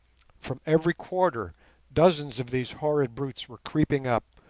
from every quarter dozens of these horrid brutes were creeping up,